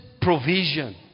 provision